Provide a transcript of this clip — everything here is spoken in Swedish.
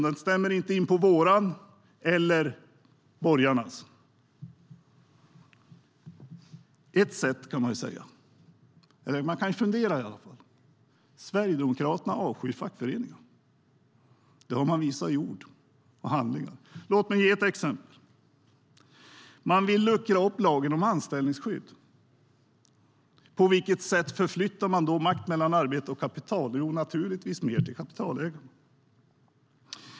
Den stämmer inte in på vår och inte heller på borgarnas. Man kan fundera på en sak. Sverigedemokraterna avskyr fackföreningarna. Det har de visat i ord och handling. Låt mig ge ett exempel: De vill luckra upp lagen om anställningsskydd. På vilket sätt förflyttar man då makt mellan arbete och kapital? Jo, naturligtvis mer till kapitalägarna.